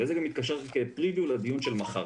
וזה גם מתקשר כ-preview לדיון של מחר